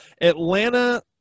Atlanta